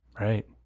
Right